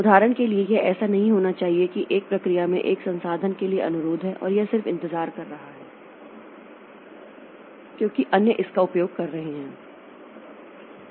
उदाहरण के लिए यह ऐसा नहीं होना चाहिए कि 1 प्रक्रिया में एक संसाधन के लिए अनुरोध है और यह सिर्फ इंतजार कर रहा है क्योंकि अन्य इसका उपयोग कर रहे हैं